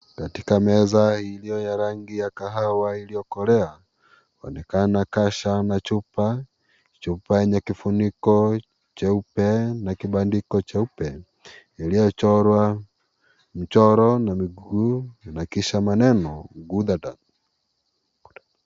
Katika meza iliyo ya rangi ya kahawa iliyokolea, inaonekana kasha na chupa, chupa yenye kifuniko jeupe na kibandiko jeupe iliyochorwa mchoro na miguu na kisha maneno (cs)Ghudatun(cs).